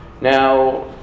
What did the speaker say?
Now